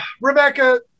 Rebecca